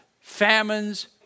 famines